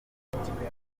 amajyaruguru